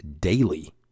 daily